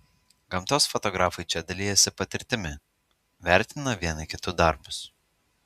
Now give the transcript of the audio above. gamtos fotografai čia dalijasi patirtimi vertina vieni kitų darbus